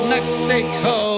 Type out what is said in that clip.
Mexico